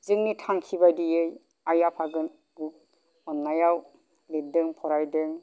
जोंनि थांखि बायदियै आइ आफाजों अन्नायाव लिरदों फरायदों